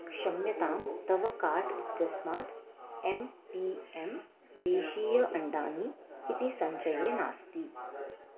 क्षम्यतां तव कार्ट् इत्यस्मात् एम् पी एम् देशीय अण्डानि इति सञ्चये नास्ति